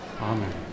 Amen